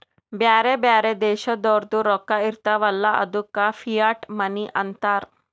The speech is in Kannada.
ಬ್ಯಾರೆ ಬ್ಯಾರೆ ದೇಶದೋರ್ದು ರೊಕ್ಕಾ ಇರ್ತಾವ್ ಅಲ್ಲ ಅದ್ದುಕ ಫಿಯಟ್ ಮನಿ ಅಂತಾರ್